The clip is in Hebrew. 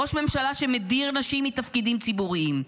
ראש ממשלה שמדיר נשים מתפקידים ציבוריים,